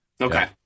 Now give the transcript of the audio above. Okay